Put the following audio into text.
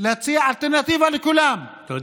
להציע אלטרנטיבה לכולם, תודה.